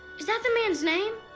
is that the man's name?